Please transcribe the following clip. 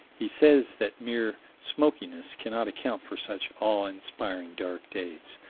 he says that mere smokiness cannot account for such awe-inspiring dark days.